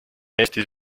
eestis